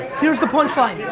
here's the punchline,